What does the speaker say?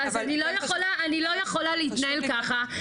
אני לא יכולה להתנהל ככה,